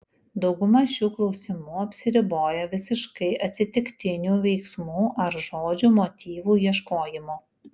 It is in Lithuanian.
dauguma šių klausimų apsiriboja visiškai atsitiktinių veiksmų ar žodžių motyvų ieškojimu